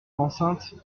enceinte